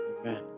Amen